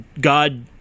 God